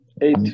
Eight